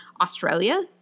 Australia